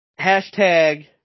hashtag